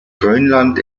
grönland